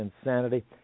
insanity